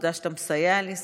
תודה שאתה מסייע לי,